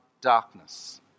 darkness